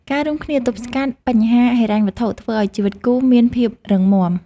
ការរួមគ្នាទប់ស្កាត់បញ្ហាហិរញ្ញវត្ថុធ្វើឱ្យជីវិតគូរមានភាពរឹងមាំ។